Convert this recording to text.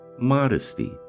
modesty